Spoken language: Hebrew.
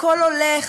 הכול הולך,